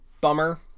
bummer